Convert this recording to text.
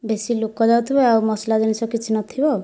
ବେଶୀ ଲୋକ ଯାଉଥିବେ ଆଉ ମସଲା ଜିନିଷ କିଛି ନଥିବ